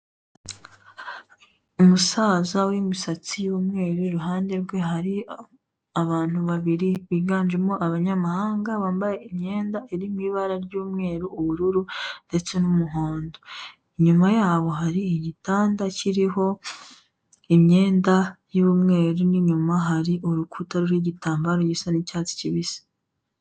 Umusaza w'imisatsi y'umweru, iruhande rwe hari abantu babiri biganjemo abanyamahanga, bambaye imyenda iri mu ibara ry'umweru, ubururu ndetse n'umuhondo. Inyuma yabo hari igitanda kiriho imyenda y'umweru n'inyuma hari urukuta ruriho igitambaro gisa n'icyatsi kibisi.